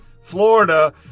Florida